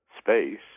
space